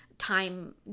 time